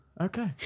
okay